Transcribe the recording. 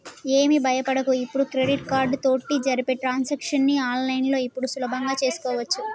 ఏమి భయపడకు ఇప్పుడు క్రెడిట్ కార్డు తోటి జరిపే ట్రాన్సాక్షన్స్ ని ఆన్లైన్లో ఇప్పుడు సులభంగా చేసుకోవచ్చు